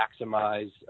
maximize